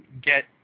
get